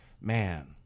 Man